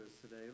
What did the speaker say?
today